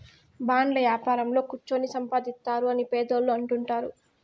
బాండ్ల యాపారంలో కుచ్చోని సంపాదిత్తారు అని పెద్దోళ్ళు అంటుంటారు